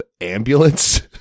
Ambulance